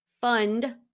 fund